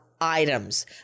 items